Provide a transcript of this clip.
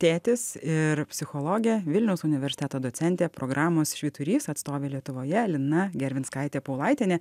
tėtis ir psichologė vilniaus universiteto docentė programos švyturys atstovė lietuvoje lina gervinskaitė paulaitienė